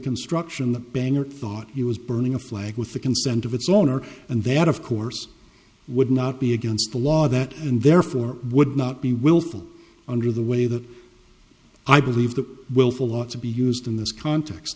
construction of the banger thought he was burning a flag with the consent of its owner and that of course would not be against the law that and therefore would not be willful under the way that i believe that willful ought to be used in this context